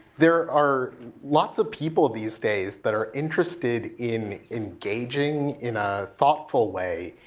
there are lots of people these days that are interested in engaging in a thoughtful way.